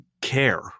care